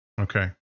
Okay